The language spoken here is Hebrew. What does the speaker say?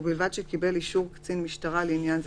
ובלבד שקיבל אישור קצין משטרה לעניין זה,